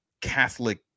Catholic